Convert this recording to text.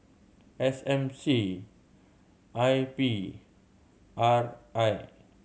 S M C I P R I